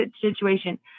situation